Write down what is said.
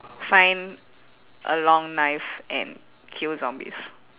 find a long knife and kill zombies